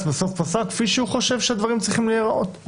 בסוף פסק כפי שהוא חושב שדברים צריכים להיראות,